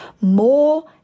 more